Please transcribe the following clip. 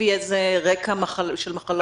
לפי איזה רקע של מחלות?